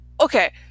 okay